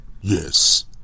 Yes